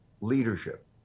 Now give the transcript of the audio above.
leadership